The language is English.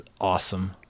awesome